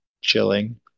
chilling